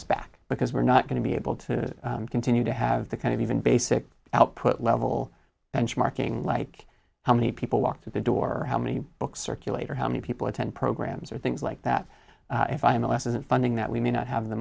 us back because we're not going to be able to continue to have the kind of even basic output level benchmarking like how many people walk to the door how many books circulate or how many people attend programs or things like that if i have a lesson funding that we may not have the